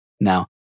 Now